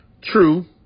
True